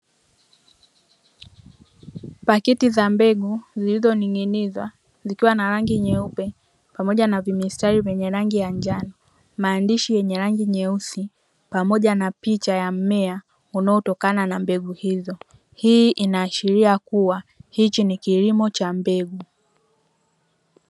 Pakiti za mbegu zilizoning'inizwa zikiwa na rangi nyeupe pamoja na vimistari vyenye rangi ya njano, maandishi yenye rangi nyeusi pamoja na picha ya mmea unaotokanana na mbegu hizo. Hii inaashiria kuwa hichi ni kilimo cha mbegu.